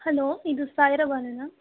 hello ಇದು ಸಾವಿರ ಗೊನೆನ